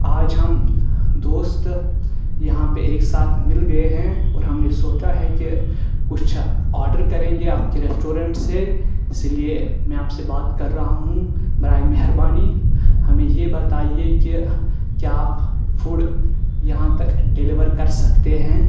آج ہم دوست یہاں پہ ایک ساتھ مل گیے ہیں اور ہم نے سوچا ہے کہ کچھ آڈر کریں گے آپ کے ریسٹورینٹ سے اس لیے میں آپ سے بات کر رہا ہوں برائے مہربانی ہمیں یہ بتائیے کہ کیا آپ فوڈ یہاں تک ڈیلیور کر سکتے ہیں